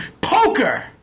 poker